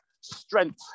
strength